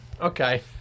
Okay